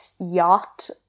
yacht